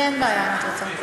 לי אין בעיה, אם את רוצה.